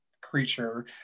creature